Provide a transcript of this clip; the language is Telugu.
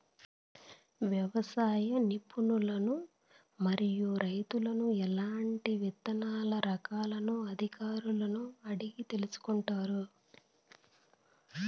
వ్యవసాయ నిపుణులను మరియు రైతులను ఎట్లాంటి విత్తన రకాలను అధికారులను అడిగి తెలుసుకొంటారు?